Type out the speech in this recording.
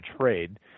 trade